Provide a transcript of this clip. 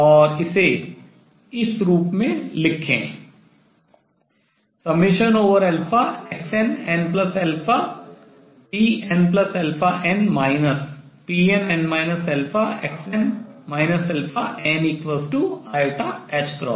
और इसे इस रूप में लिखें xnnpnn pnn xn ni